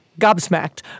gobsmacked